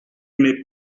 n’ai